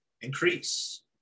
increase